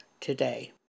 today